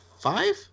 five